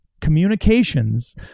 communications